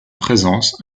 présence